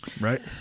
right